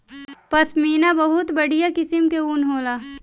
पश्मीना बहुत बढ़िया किसिम कअ ऊन होला